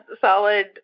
solid